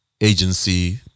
agency